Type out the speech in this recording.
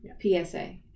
PSA